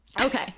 Okay